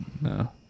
No